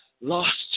lost